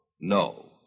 No